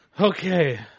Okay